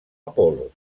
apol·lo